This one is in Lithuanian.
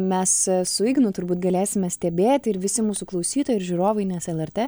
mes su ignu turbūt galėsime stebėti ir visi mūsų klausytojai ir žiūrovai nes lrt